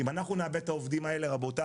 אם אנחנו נאבד את העובדים האלה רבותיי,